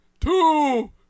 two